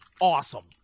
awesome